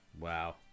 Wow